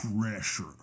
Pressure